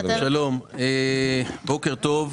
שלום, בוקר טוב.